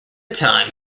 time